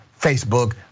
Facebook